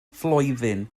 flwyddyn